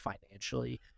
financially